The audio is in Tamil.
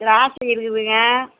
திராட்சை இருக்குதுங்க